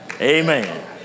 Amen